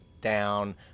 down